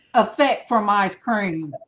effect from ice cream